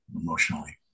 emotionally